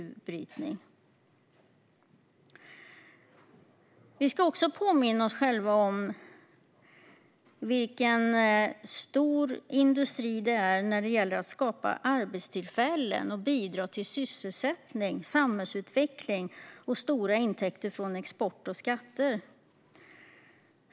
Vi ska också påminna oss om vilken stor industri gruvnäringen är när det gäller att skapa arbetstillfällen och att bidra till sysselsättning, samhällsutveckling och stora intäkter från export och skatter.